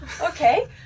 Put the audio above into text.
Okay